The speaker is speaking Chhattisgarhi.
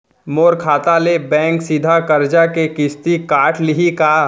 मोर खाता ले बैंक सीधा करजा के किस्ती काट लिही का?